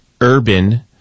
urban